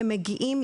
הם מגיעים,